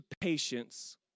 patience